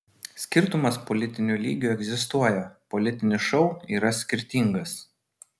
skirtumas politiniu lygiu egzistuoja politinis šou yra skirtingas